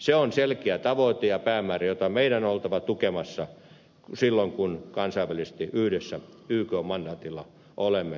se on selkeä tavoite ja päämäärä jota meidän on oltava tukemassa silloin kun kansainvälisesti yhdessä ykn mandaatilla olemme toimimassa